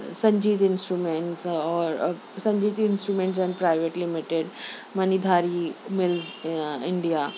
Sanjeet instrument اور Sanjeet instrument and private limited Mani Dhari mills India